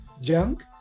junk